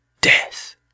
Death